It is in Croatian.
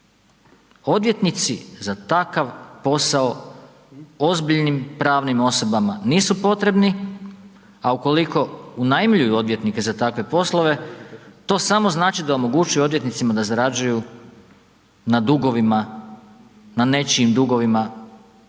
Odvjetnici za takav posao ozbiljnim pravnim osobama nisu potrebni, a ukoliko unajmljuju odvjetnike za takve poslove, to samo znači da omogućuje odvjetnicima da zarađuju na dugovima, na